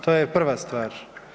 To je prva stvar.